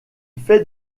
fait